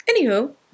Anywho